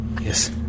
Yes